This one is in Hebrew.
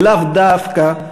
ולאו דווקא,